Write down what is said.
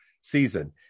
season